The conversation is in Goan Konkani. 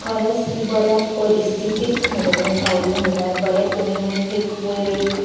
खरेंच ती बऱ्या परिस्थितींत म्हज्या कडेन पावली म्हणल्यार बरें तुमी एक वयर